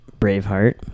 Braveheart